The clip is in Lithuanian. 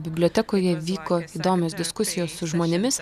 bibliotekoje vyko įdomios diskusijos su žmonėmis